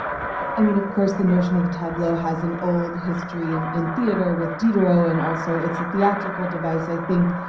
yeah i mean of course the notion of the tableau has an old history and in theater with diderot and also it's a theatrical device i think,